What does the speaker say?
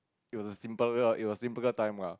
it was a simple it was a simpler time lah